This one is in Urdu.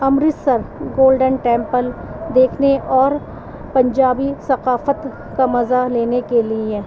امرتسر گولڈن ٹیمپل دیکھنے اور پنجابی ثقافت کا مزہ لینے کے لیے